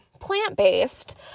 plant-based